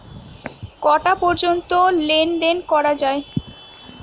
কটা পর্যন্ত লেন দেন করা য়ায়?